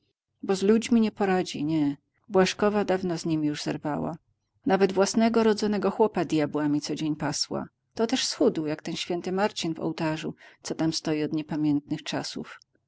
bo z ludźmi nie poradzi nie błażkowa dawno z nimi już zerwała nawet własnego rodzonego chłopa djabłami codzień pasła to też schudł jak ten święty marcin w ołtarzu co tam stoi od niepamiętnych czasów